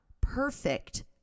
perfect